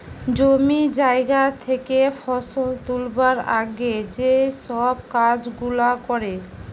জমি জায়গা থেকে ফসল তুলবার আগে যেই সব কাজ গুলা করে